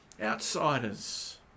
outsiders